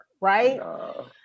right